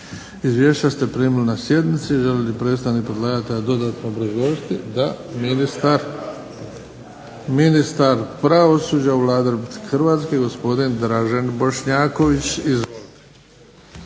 Izvješća ste primili na sjednici. Želi li predstavnik predlagatelja dodatno obrazložiti? Da. Ministar pravosuđa u Vladi Republike Hrvatske gospodin Dražen Bošnjaković.